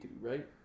right